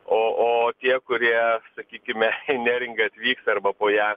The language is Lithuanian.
o o tie kurie sakykime į neringą atvyks arba po ją